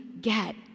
get